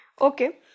Okay